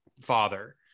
father